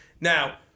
Now